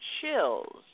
chills